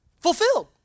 fulfilled